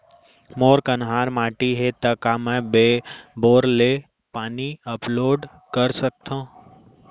मोर कन्हार माटी हे, त का मैं बोर ले पानी अपलोड सकथव?